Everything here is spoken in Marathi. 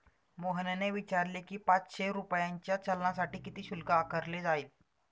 मोहनने विचारले की, पाचशे रुपयांच्या चलानसाठी किती शुल्क आकारले जाईल?